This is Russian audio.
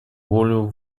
волю